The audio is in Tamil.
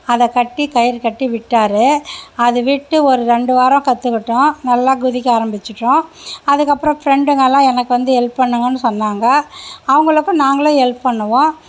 அதை கட்டி கயிறு கட்டி விட்டார் அது விட்டு ஒரு ரெண்டு வாரம் கற்றுக்கிட்டோம் நல்லா குதிக்க ஆரம்பித்திட்டோம் அதுக்கப்றம் ஃப்ரெண்டுங்கலாம் எனக்கு வந்து ஹெல்ப் பண்ணுங்கன்னு சொன்னாங்க அவங்களுக்கும் நாங்களும் ஹெல்ப் பண்ணுவோம்